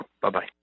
Bye-bye